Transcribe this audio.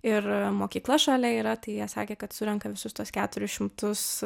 ir mokykla šalia yra tai jie sakė kad surenka visus tuos keturis šimtus